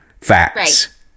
facts